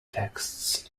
texts